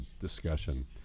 discussion